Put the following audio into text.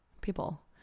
people